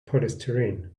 polystyrene